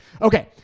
Okay